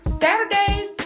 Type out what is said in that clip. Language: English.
Saturdays